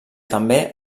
també